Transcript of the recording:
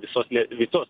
visos liet visos